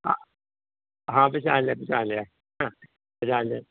ਹਾ ਹਾਂ ਪਹਿਚਾਣ ਲਿਆ ਪਹਿਚਾਣ ਲਿਆ ਹਾ ਪਹਿਚਾਣ ਲਿਆ